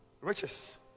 Riches